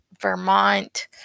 Vermont